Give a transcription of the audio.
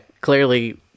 clearly